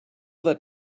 that